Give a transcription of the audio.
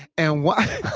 and why